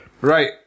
Right